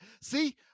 See